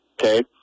okay